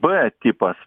b tipas